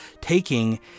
taking